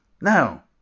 Now